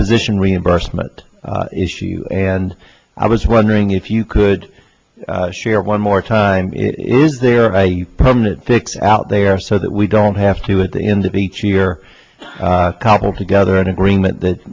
physician reimbursement issue and i was wondering if you could share one more time is there a permanent fix out there so that we don't have to at the end of each year copple together an agreement that